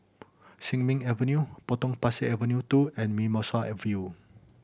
Sin Ming Avenue Potong Pasir Avenue Two and Mimosa View